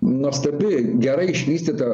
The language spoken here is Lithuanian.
nuostabi gerai išvystyta